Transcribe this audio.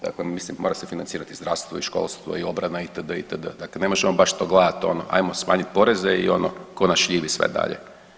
Dakle, mislim mora se financirati zdravstvo i školstvo i obrana itd., itd., dakle ne možemo to gledati ono ajmo smanjiti poreze i ono tko nas šljivi sve dalje.